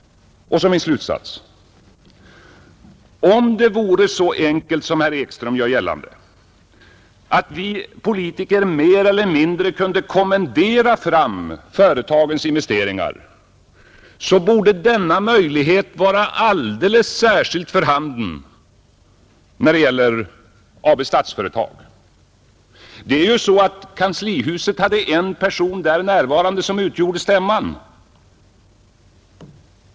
Min slutsats blir: om det vore så enkelt som herr Ekström gör gällande att vi politiker mer eller mindre kunde kommendera fram företagsinvesteringar, borde denna möjlighet vara alldeles särskilt för handen när det gäller Statsföretag AB. Kanslihuset hade ju en där närvarande person som utgjorde stämman.